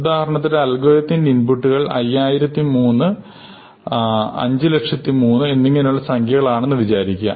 ഉദാഹരണത്തിന് ഈ അൽഗോരിതത്തിന്റെ ഇൻപുട്ടുകൾ 5003 500003 എന്നിങ്ങനെയുള്ള സംഖ്യകൾ ആണെന്ന് വിചാരിക്കുക